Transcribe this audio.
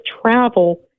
travel